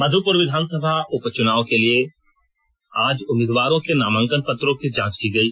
मध्पुर विधानसभा उप चुनाव के लिए तहत आज उम्मीदवारों के नामांकन पत्रों की जांच की गयी